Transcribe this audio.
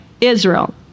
Israel